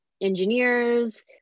engineers